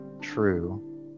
true